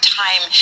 time